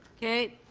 okay.